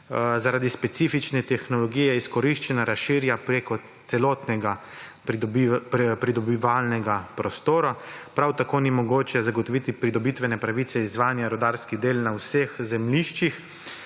zaradi specifične tehnologije izkoriščanja razširja preko celotnega pridobivalnega prostora. Prav tako ni mogoče zagotoviti pridobitvene pravice izvajanja rudarskih del na vseh zemljiščih,